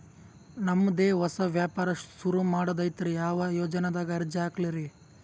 ನಮ್ ದೆ ಹೊಸಾ ವ್ಯಾಪಾರ ಸುರು ಮಾಡದೈತ್ರಿ, ಯಾ ಯೊಜನಾದಾಗ ಅರ್ಜಿ ಹಾಕ್ಲಿ ರಿ?